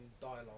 dialogue